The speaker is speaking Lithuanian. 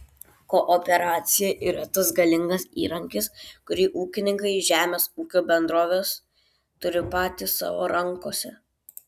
kooperacija yra tas galingas įrankis kurį ūkininkai žemės ūkio bendrovės turi patys savo rankose